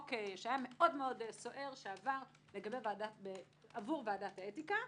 שהיה מאוד סוער שעבר עבור ועדת האתיקה,